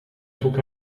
took